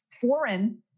foreign